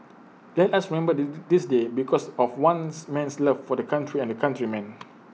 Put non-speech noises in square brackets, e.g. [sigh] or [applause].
let us remember [noise] this day because of ones man's love for the country and countrymen